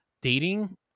dating